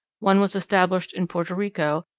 one was established in porto rico,